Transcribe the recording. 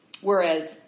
whereas